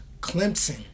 Clemson